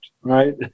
right